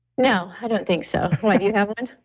no, i don't think so. why? do you have one?